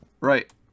right